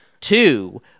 two